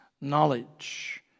knowledge